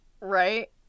Right